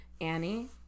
Annie